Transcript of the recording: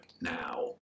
now